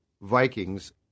Vikings